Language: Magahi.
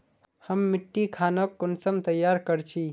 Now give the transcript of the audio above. हम मिट्टी खानोक कुंसम तैयार कर छी?